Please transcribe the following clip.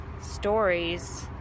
stories